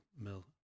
mill